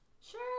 Sure